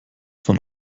von